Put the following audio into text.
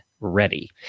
ready